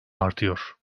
artıyor